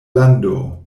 lando